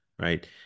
right